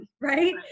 Right